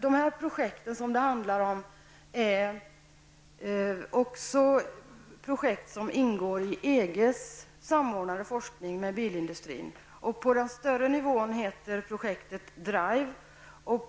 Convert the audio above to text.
De aktuella projekten ingår också i EGs forskning som är samordnad med bilindustrins. På högre nivå kallas projektet i fråga Drive.